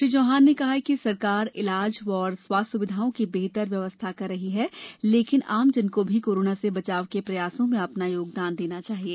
श्री चौहान ने कहा है कि सरकार इलाज व स्वास्थ्य सुविधाओं की बेहतर व्यवस्था कर रही है लेकिन आम जन को भी कोरोना से बचाव के प्रयासों में अपना योगदान देना चाहिये